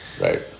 right